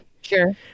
Sure